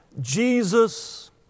Jesus